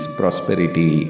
prosperity